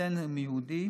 שהתחתנה עם יהודי,